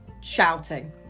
shouting